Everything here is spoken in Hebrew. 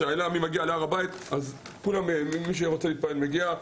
לשאלה מי מגיע להר הבית, מי שרוצה להתפלל מגיע.